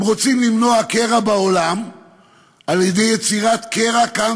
הם רוצים למנוע קרע בעולם על-ידי יצירת קרע כאן,